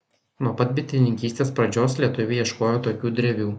nuo pat bitininkystės pradžios lietuviai ieškojo tokių drevių